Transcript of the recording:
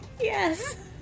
Yes